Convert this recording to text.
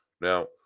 Now